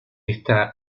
esta